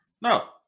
No